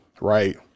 right